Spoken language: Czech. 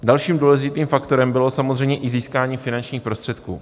Dalším důležitým faktorem bylo samozřejmě i získání finančních prostředků.